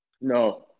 No